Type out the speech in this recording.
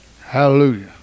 Hallelujah